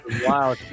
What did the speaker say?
Wow